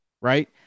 right